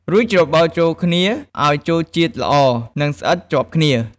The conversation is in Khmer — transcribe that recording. រួចច្របល់ចូលគ្នាឱ្យចូលជាតិល្អ និងស្អិតជាប់គ្នា។